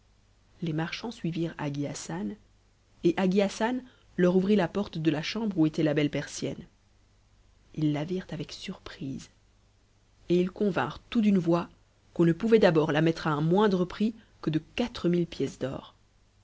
les marchands suivirent hagi hassan et hagi hassan leur ouvrit la porte de la chambre où était la belle persienne ils la virent avec surprise et ils convinrent tout d'une voix qu'on ne pouvait d'abord la mettre à un moindre prix que de quatre mille pièces d'or